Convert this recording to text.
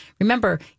remember